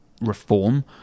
reform